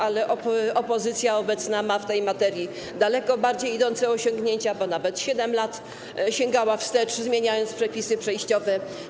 Ale opozycja obecna ma w tej materii daleko bardziej idące osiągnięcia, bo nawet 7 lat wstecz sięgała, zmieniając przepisy przejściowe.